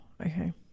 Okay